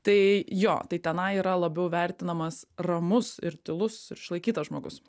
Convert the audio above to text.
tai jo tai tenai yra labiau vertinamas ramus ir tylus ir išlaikytas žmogus